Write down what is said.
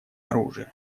оружия